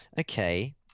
Okay